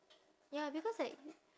ya because like